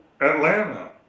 Atlanta